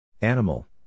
animal